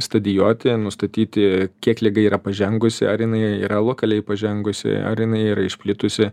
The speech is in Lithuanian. stadijoti nustatyti kiek liga yra pažengusi ar jinai yra lokaliai pažengusi ar jinai yra išplitusi